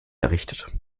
errichtet